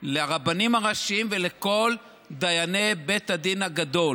לרבנים הראשיים ולכל דייני בית הדין הגדול